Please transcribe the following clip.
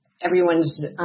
everyone's